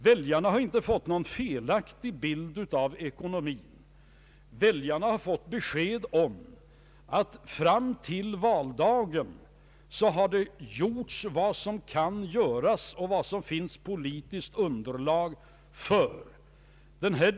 Väljarna har inte fått någon felaktig bild av ekonomin. Väljarna har fått besked om att det fram till valdagen har gjorts vad som kan göras och vad det finns politiskt underlag för.